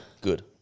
Good